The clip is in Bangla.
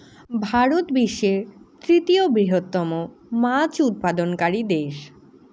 ভারত বিশ্বের তৃতীয় বৃহত্তম মাছ উৎপাদনকারী দেশ